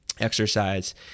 exercise